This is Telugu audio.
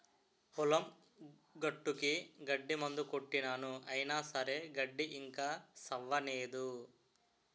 పొలం గట్టుకి గడ్డి మందు కొట్టినాను అయిన సరే గడ్డి ఇంకా సవ్వనేదు